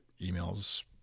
emails